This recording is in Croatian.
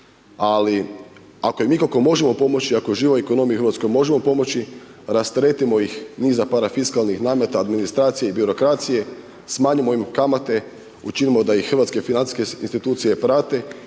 Ali ako im ikako možemo pomoći, ako živoj ekonomiji Hrvatske možemo pomoći rasteretimo ih niza parafiskalnih nameta, administracije i birokracije, smanjimo im kamate, učinimo da ih hrvatske financijske institucije prate